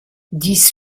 dix